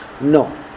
No